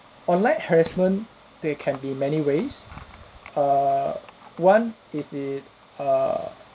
online harassment there can be many ways err one is it err